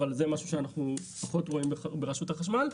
אבל זה משהו שאנחנו פחות רואים ברשות החשמל,